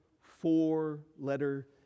four-letter